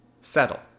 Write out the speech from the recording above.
settle